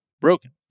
broken